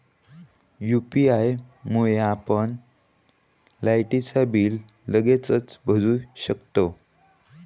UPI मुळे आपण लायटीचा बिल लगेचच भरू शकतंव